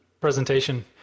presentation